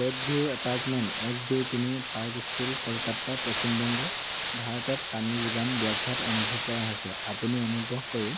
lake view apartment এক দুই তিনি পাৰ্ক ষ্ট্ৰীট কলকাতা পশ্চিমবংগ ভাৰতত পানীৰ যোগান ব্যাঘাত অনুভৱ কৰা হৈছে আপুনি অনুগ্ৰহ কৰি